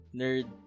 nerd